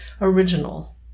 original